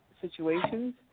situations